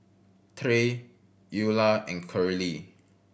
Tre Eula and Curley